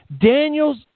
Daniel's